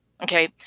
okay